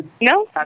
No